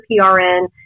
PRN